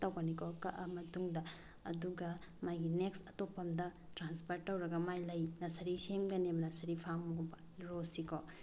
ꯇꯧꯒꯅꯤꯀꯣ ꯀꯛꯑ ꯃꯇꯨꯡꯗ ꯑꯗꯨꯒ ꯃꯥꯒꯤ ꯅꯦꯛꯁ ꯑꯇꯣꯞꯄ ꯑꯃꯗ ꯇ꯭ꯔꯥꯟꯐꯔ ꯇꯧꯔꯒ ꯃꯥꯏ ꯂꯩ ꯅꯔꯁꯔꯤ ꯁꯦꯝꯒꯅꯦꯕ ꯅꯔꯁꯔꯤ ꯐꯥꯝꯒꯨꯝꯕ ꯔꯣꯖꯁꯤꯀꯣ